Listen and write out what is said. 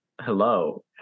Hello